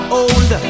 old